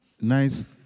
Nice